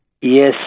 Yes